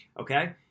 okay